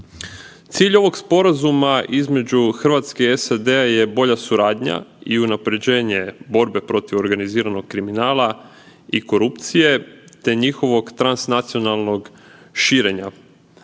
Cilj ovog sporazuma između Hrvatske i SAD-a je bolja suradnja i unapređenje borbe protiv organiziranog kriminala i korupcije te njihovog transnacionalnog širenja.